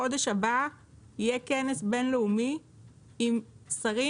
בחודש הבא יהיה כנס בינלאומי עם שרים